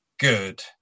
good